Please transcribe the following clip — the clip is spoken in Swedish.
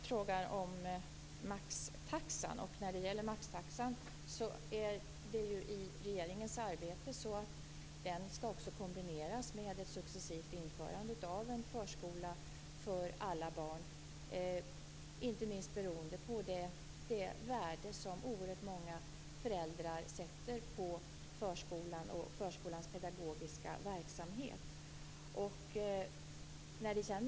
Fru talman! Chris Heister frågar om maxtaxan. Denna kombineras i regeringens arbete med ett successivt införande av en förskola för alla barn, vilket inte minst beror på det värde som oerhört många föräldrar sätter på förskolan och dennas pedagogiska verksamhet.